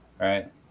right